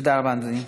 תודה רבה, אדוני.